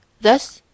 Thus